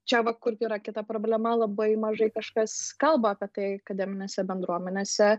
čia va kur yra kita problema labai mažai kažkas kalba apie tai akademinėse bendruomenėse